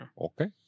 Okay